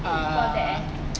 ah